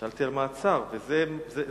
שאלתי על מעצר, וזה העניין.